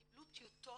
קיבלו טיוטות,